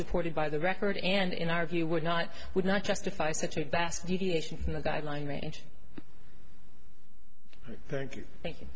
supported by the record and in our view would not would not justify such a vast deviation from the guideline range thank you thank you